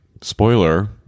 spoiler